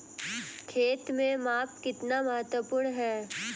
खेत में माप कितना महत्वपूर्ण है?